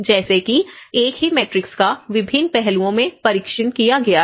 जैसे कि एक ही मैट्रिक्स का विभिन्न पहलुओं में परीक्षण किया गया है